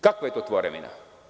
Kakva je to tvorevina?